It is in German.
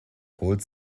holt